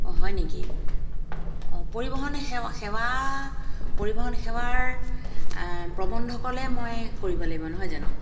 অঁ হয় নেকি অঁ পৰিবহণ সে সেৱা পৰিবহণ সেৱাৰ প্ৰবন্ধকলৈ মই কৰিব লাগিব নহয় জানো